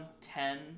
ten